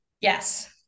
Yes